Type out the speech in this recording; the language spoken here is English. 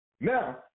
Now